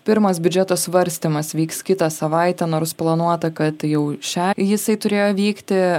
pirmas biudžeto svarstymas vyks kitą savaitę nors planuota kad jau šią jisai turėjo vykti